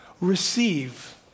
receive